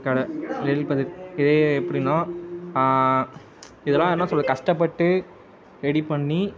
கடை நெல் பதித் இதையே எப்படின்னா இதெலாம் என்ன சொல்வது கஷ்டப்பட்டு ரெடி பண்ணி